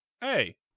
Hey